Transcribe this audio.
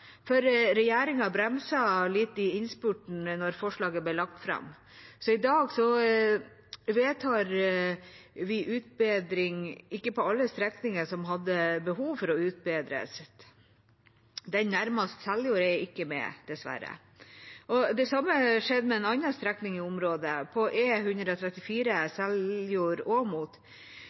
Regjeringa bremset litt i innspurten da forslaget ble lagt fram, så i dag vedtar vi ikke utbedring på alle strekninger som har behov for det – den nærmest Seljord er ikke med, dessverre. Det samme skjedde med en annen strekning i området, på E134 Seljord–Åmot. Her tok også regjeringa ut delstrekninger. Resultatet er at man bygger Telemark stykkevis og